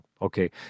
Okay